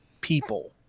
people